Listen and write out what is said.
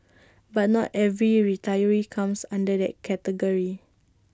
but not every retiree comes under that category